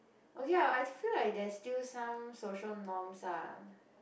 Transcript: okay lah I feel like there's still some social norms lah